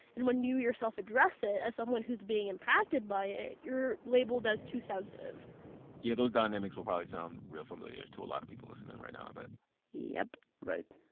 and when you yourself address it as someone who's being impacted by it, you're labeled as too sensitive yeah. those dynamics will probably sound real familiar to a lot of people listening right now, i bet but yup right.